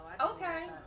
Okay